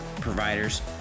providers